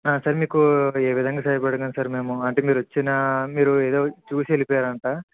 sir మీకు ఏవిధంగా సహాయపడగలము సార్ మేము అంటే మీరు వచ్చిన మీరు ఏదో చూసి వెళ్ళిపోయారంట